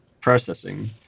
processing